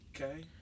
Okay